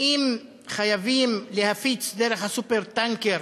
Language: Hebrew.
האם חייבים להפיץ דרך ה"סופר-טנקר"